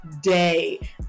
day